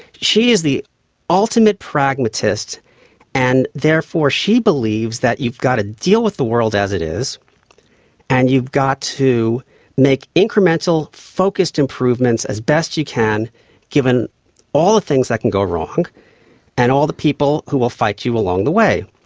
she is the ultimate pragmatist and therefore she believes that you've got to deal with the world as it is and you've got to make incremental focused improvements as best you can given all the things that can go wrong and all the people who will fight you along the way.